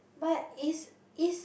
but is is